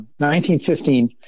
1915